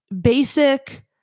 basic